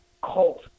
cold